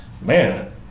man